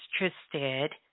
interested